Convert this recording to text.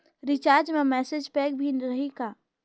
Recharge मा message pack भी रही का?